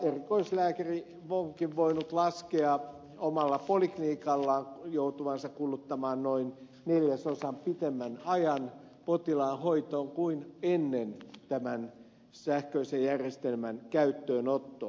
erikoislääkäri onkin voinut laskea joutuvansa kuluttamaan omalla poliklinikallaan noin neljäsosaa pitemmän ajan potilaan hoitoon kuin ennen tämän sähköisen järjestelmän käyttöönottoa